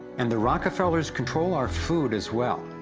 and rockefellers control our food as well!